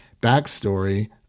backstory